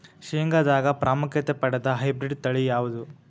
ಶೇಂಗಾದಾಗ ಪ್ರಾಮುಖ್ಯತೆ ಪಡೆದ ಹೈಬ್ರಿಡ್ ತಳಿ ಯಾವುದು?